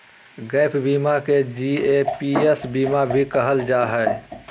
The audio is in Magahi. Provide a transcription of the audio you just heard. गैप बीमा के जी.ए.पी.एस बीमा भी कहल जा हय